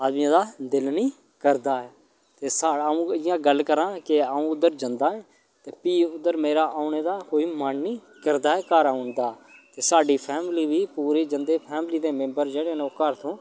आने दा दिल निं करदा ऐ ते साढ़ा अ'ऊं इ'यां गल्ल करांऽ अ'ऊं उद्धर जंदा ते भी उद्धर पर मेरा औने दा कोई मन निं करदा ऐ घर औन दा साड्डी फैमली बी पूरे जंदे फैमली दे मेम्बर जेह्डे़ न ओह् घर तू